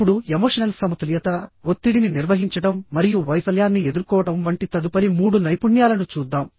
ఇప్పుడు ఎమోషనల్ సమతుల్యత ఒత్తిడిని నిర్వహించడం మరియు వైఫల్యాన్ని ఎదుర్కోవడం వంటి తదుపరి 3 నైపుణ్యాలను చూద్దాం